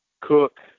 cook